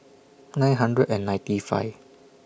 nine hundred and ninety five